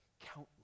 countless